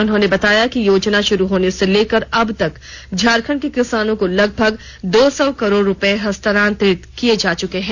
उन्होंने बताया कि योजना शुरू होने से लेकर अबतक झारखंड के किसानों को लगभग दौ सौ करोड़ रुपए हस्तांतरित किया जा चुका है